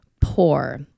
poor